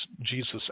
Jesus